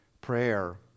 prayer